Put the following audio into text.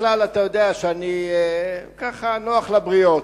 אתה יודע שבדרך כלל אני נוח לבריות,